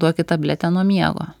duokit tabletę nuo miego